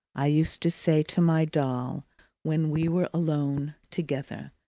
i used to say to my doll when we were alone together,